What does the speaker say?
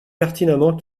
pertinemment